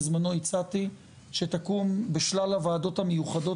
אני בזמנו הצעתי שתקום בשלל הוועדות המיוחדות